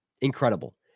incredible